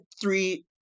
three